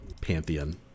pantheon